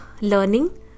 learning